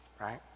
right